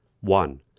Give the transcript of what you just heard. One